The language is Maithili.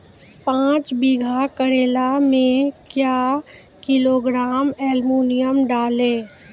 पाँच बीघा करेला मे क्या किलोग्राम एलमुनियम डालें?